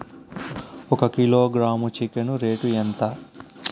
ఒక kilogram chicken rate ఎంత?